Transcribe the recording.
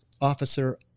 officer